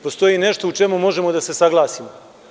Postoji nešto u čemu možemo da se saglasimo.